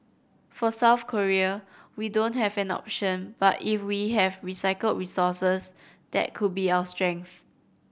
for South Korea we don't have an option but if we have recycled resources that could be our strength